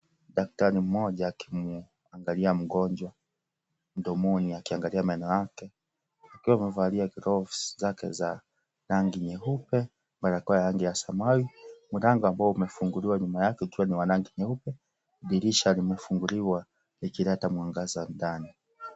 Daktari mmoja akimuanagalia mgonjwa mdomoni akiangalia meno yake akiwa amevalia gloves[ cs] zake za rangi nyeupe, barakoa ya rangi ya samawi , mlango ambao umefunguliwa nyuma yake ukiwa ni wa rangi nyeupe dirisha limefunguliwa likileta mwangaza ndani.